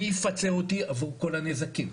מי יפצה אותי עבור כל הנזקים?